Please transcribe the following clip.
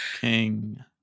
King